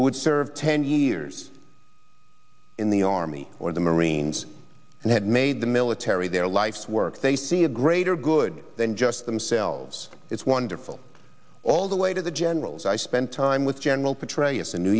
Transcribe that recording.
had served ten years in the army or the marines and had made the military their life's work they see a greater good than just themselves it's wonderful all the way to the generals i spent time with general petraeus a new